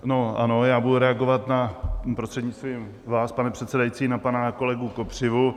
Ano, ano, já budu reagovat, prostřednictvím vás, pane předsedající, na pana kolegu Kopřivu.